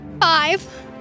Five